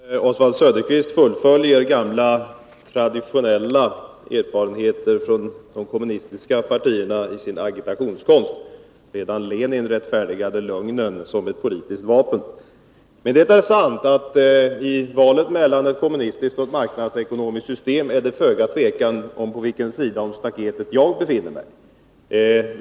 Herr talman! Oswald Söderqvist fullföljer de gamla traditionerna hos de kommunistiska partierna i sin agitationskonst. Redan Lenin rättfärdigade lögnen som ett politiskt vapen. Men det är sant att det är föga tvivel om på vilken sida om staketet jag befinner mig i valet mellan ett kommunistiskt och ett marknadsekonomiskt system.